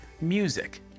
music